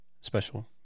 special